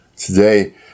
Today